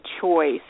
choice